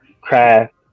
craft